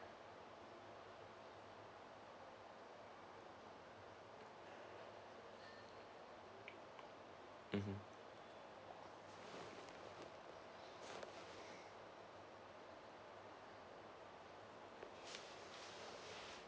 mmhmm